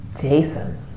Jason